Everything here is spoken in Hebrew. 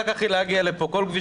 הכי כנה, כל הכבוד